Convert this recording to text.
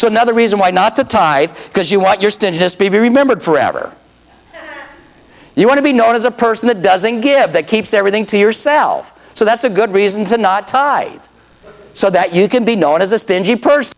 so another reason why not to tie because you want your stint just to be remembered forever you want to be known as a person that doesn't give that keeps everything to yourself so that's a good reason to not tie so that you can be known as a stingy person